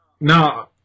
No